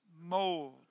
mold